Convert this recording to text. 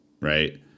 right